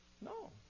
No